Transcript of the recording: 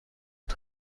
att